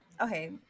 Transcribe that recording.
Okay